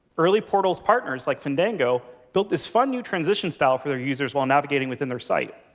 early portals partners like fandango built this fun new transition style for their users while navigating within their site.